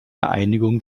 einigung